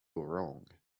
wrong